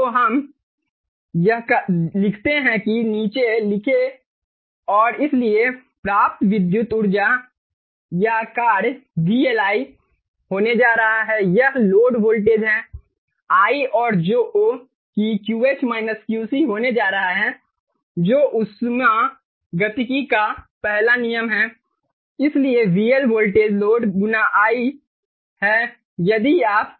तो हम यह लिखते हैं कि नीचे लिखें और इसलिए प्राप्त विद्युत ऊर्जा या कार्य VL I होने जा रहा है यह लोड वोल्टेज है I और जो कि QH QC होने जा रहा है जो ऊष्मागतिकी का पहला नियम है इसलिए VL वोल्टेज लोड गुना I है यदि आप